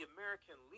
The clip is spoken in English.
American